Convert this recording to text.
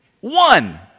One